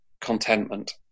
contentment